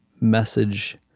message